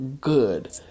good